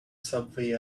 subway